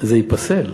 זה ייפסל.